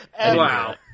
Wow